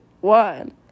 one